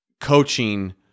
coaching